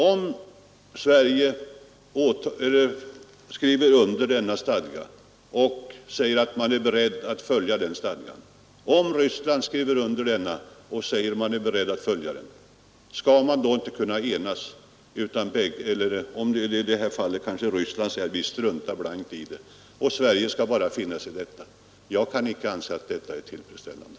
Om vi skriver under denna stadga och säger att vi är beredda att följa den stadgan, och om Ryssland skriver under den och säger att man är beredd att följa den, skall man då inte kunna enas? Skall i det här fallet Ryssland kunna säga att man blankt struntar i stadgan och Sverige bara finna sig i detta? Jag kan inte anse att det är tillfredsställande.